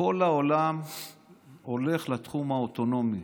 כל העולם הולך לתחום האוטונומי.